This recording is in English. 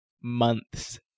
months